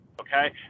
okay